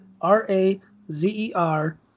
R-A-Z-E-R